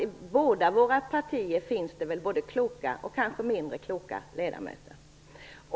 I båda våra partier finns alltså kloka och kanske mindre kloka ledamöter.